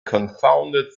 confounded